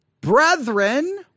brethren